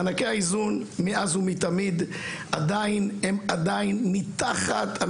מענקי האיזון מאז ומתמיד הם עדיין מתחת,